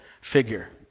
figure